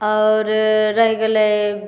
आओर रहि गेलै